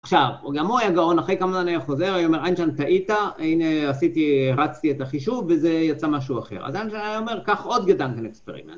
עכשיו, גם הוא היה גאון, אחרי כמה זמן היה חוזר, היה אומר, איינשטיין, טעית, הנה עשיתי, הרצתי את החישוב וזה יצא משהו אחר. אז איינשטיין היה אומר, קח עוד גדנקן אקספרימנט.